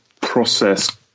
process